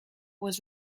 was